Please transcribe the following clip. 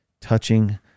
touching